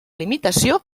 limitació